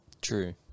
True